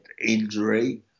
injury